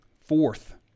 Fourth